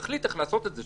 נחליט איך לעשות את זה,